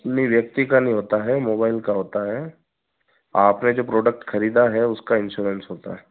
नहीं व्यक्ति का नहीं होता है मोबाइल का होता है आपने जो प्रोडक्ट खरीदा है उसका इंश्योरेंस होता है